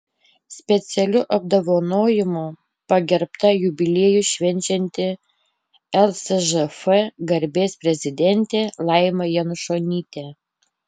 specialiu apdovanojimu pagerbta jubiliejų švenčianti lsžf garbės prezidentė laima janušonytė